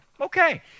Okay